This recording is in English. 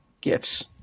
gifts